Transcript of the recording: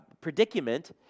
predicament